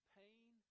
pain